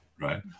right